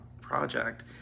project